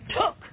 took